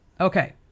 okay